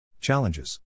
Challenges